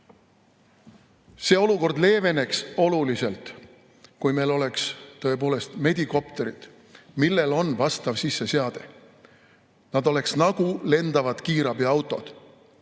See olukord leeveneks oluliselt, kui meil oleks tõepoolest medikopterid, millel on vastav sisseseade. Nad oleks nagu lendavad kiirabiautod.